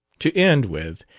to end with,